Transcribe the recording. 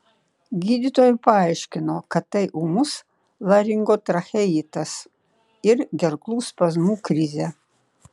gydytojai paaiškino kad tai ūmus laringotracheitas ir gerklų spazmų krizė